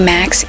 Max